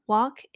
Walk